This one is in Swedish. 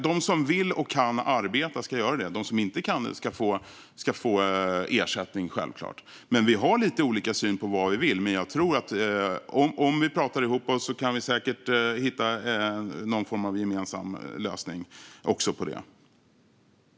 De som vill och kan arbeta ska göra det; de som inte kan det ska självklart få ersättning. Vi har lite olika syn på vad vi vill, men om vi pratar ihop oss tror jag säkert att vi kan hitta någon form av gemensam lösning också på detta.